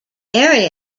area